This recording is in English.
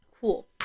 Cool